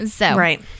Right